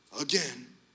again